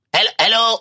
Hello